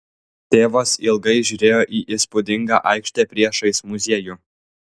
tėvas ilgai žiūrėjo į įspūdingą aikštę priešais muziejų